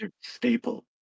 staple